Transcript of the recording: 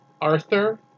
Arthur